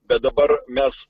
bet dabar mes